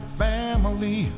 family